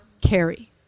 carry